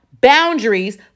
boundaries